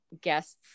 guest's